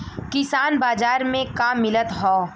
किसान बाजार मे का मिलत हव?